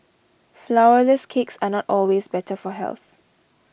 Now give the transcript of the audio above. Flourless Cakes are not always better for health